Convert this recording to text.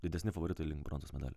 didesni favoritai link bronzos medalių